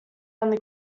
only